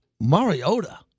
Mariota